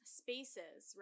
spaces